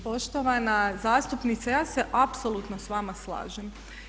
Poštovana zastupnice ja se apsolutno s vama slažem.